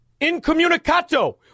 incommunicato